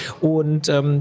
Und